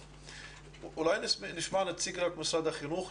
אולי נשמע נציג של משרד החינוך,